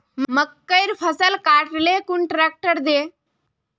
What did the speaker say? मकईर फसल काट ले कुन ट्रेक्टर दे?